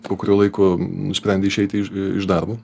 po kurio laiko nusprendė išeiti iš darbo